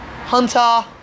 Hunter